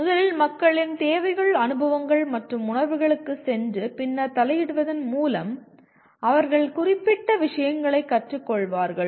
முதலில் மக்களின் தேவைகள் அனுபவங்கள் மற்றும் உணர்வுகளுக்குச் சென்று பின்னர் தலையிடுவதன் மூலம் அவர்கள் குறிப்பிட்ட விஷயங்களைக் கற்றுக்கொள்வார்கள்